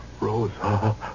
Rosa